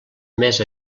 més